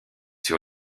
sur